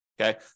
okay